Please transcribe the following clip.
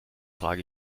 trage